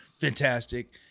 fantastic